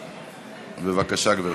בבקשה, גברתי.